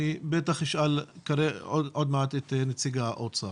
בטח אשאל עוד מעט את נציג האוצר.